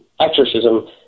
exorcism